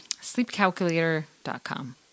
sleepcalculator.com